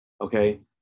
Okay